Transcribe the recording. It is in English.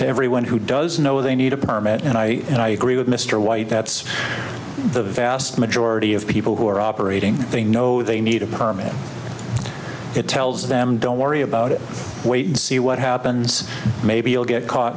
to everyone who does know they need a permit and i and i agree with mr white that's the vast majority of people who are operating they know they need a permit it tells them don't worry about it wait and see what happens maybe you'll get caught